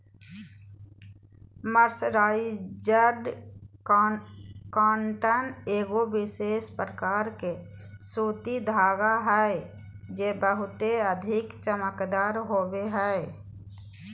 mercerised cotton एगो विशेष प्रकार के सूती धागा हय जे बहुते अधिक चमकदार होवो हय